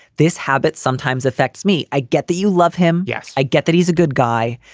this habit sometimes affects me. i get that you love him. yes. i get that he's a good guy.